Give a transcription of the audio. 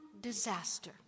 disaster